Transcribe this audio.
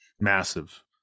massive